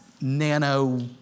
nano